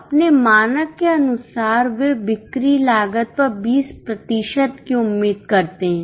अपने मानक के अनुसार वे बिक्री लागत पर 20 प्रतिशत की उम्मीद करते हैं